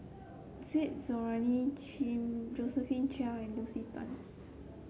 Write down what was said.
Said Zahari Josephine Chia and Lucy Tan